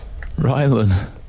Rylan